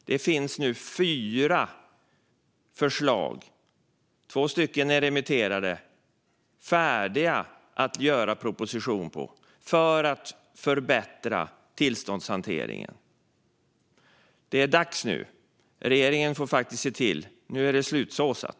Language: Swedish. Det finns nu fyra förslag - två är remitterade - som är färdiga att göra propositioner av för att förbättra tillståndshanteringen. Det är dags nu! Regeringen får faktiskt se till att det är slutsåsat.